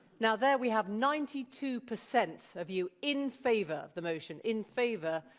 now there we have ninety two percent of you in favor of the motion in favor,